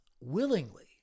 willingly